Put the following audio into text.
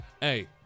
Hey